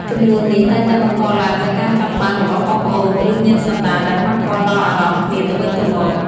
ជម្លោះនេះតែងតែបង្កឡើងដោយការចង់បានរបស់បងប្អូនឬញាតិសន្តានដែលប៉ះពាល់ដល់អារម្មណ៍គ្នាទៅវិញទៅមក។